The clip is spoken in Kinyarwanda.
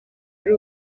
ari